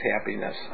happiness